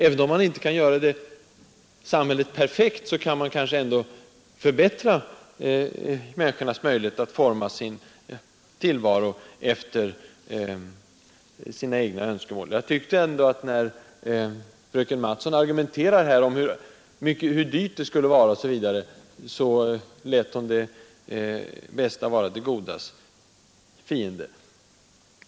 Även om man inte kan göra samhället perfekt, kan man kanske ändå förbättra människornas möjligheter att forma sin tillvaro efter sina egna önskemål. När fröken Mattson argumenterar för hur dyrt det skulle vara, lät hon det bästa vara det godas fiende.